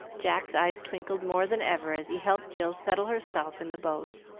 jack's eyes twinkled more than ever as he helped jill settle herself in the boat,